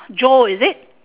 joe is it